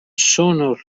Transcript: sono